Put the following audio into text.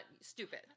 stupid